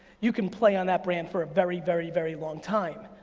you can play on that brand for a very, very, very long time.